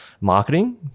marketing